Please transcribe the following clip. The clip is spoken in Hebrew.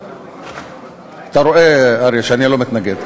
אתה רואה, אריה, שאני לא מתנגד.